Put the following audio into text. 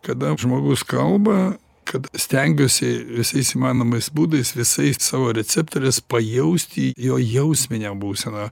kada žmogus kalba kad stengiuosi visais įmanomais būdais visais savo receptoriais pajausti jo jausminę būseną